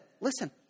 listen